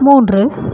மூன்று